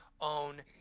own